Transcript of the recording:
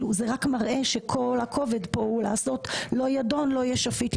זה רק מראה שכל הכובד כאן הוא לעשות לא יהיה שפיט,